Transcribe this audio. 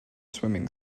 swimming